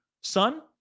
son